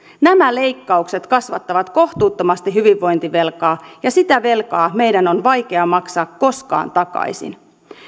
nämä leikkaukset kasvattavat kohtuuttomasti hyvinvointivelkaa ja sitä velkaa meidän on vaikea maksaa koskaan takaisin